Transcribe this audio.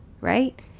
right